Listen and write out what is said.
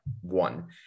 one